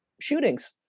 shootings